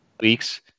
weeks